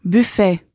Buffet